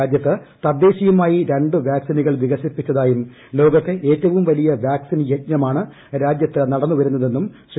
രാജ്യ്ത്ത് ് തദ്ദേശീയമായി രണ്ട് വാക്സിനുകൾ വികസിപ്പിച്ചത്രായും ലോകത്തെ ഏറ്റവും വലിയ വാക്സിൻ യജ്ഞമാണ് ് രാജ്യത്ത് നടന്നു വരുന്നതെന്നും ശ്രീ